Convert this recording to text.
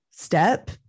step